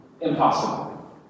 impossible